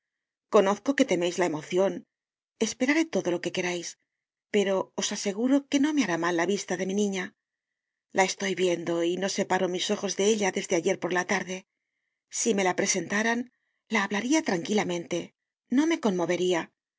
conozco que temeis la emocion esperaré todo lo que querais pero os aseguro que no me hará mal la vista de mi niña la estoy viendo y no separo mis ojos de ella desde ayer por la tarde si me la presentaran la hablaria tranquilamente no me conmoveria no